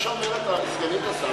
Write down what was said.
מה שאומרת סגנית השר,